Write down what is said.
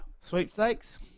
sweepstakes